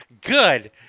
good